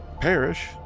perish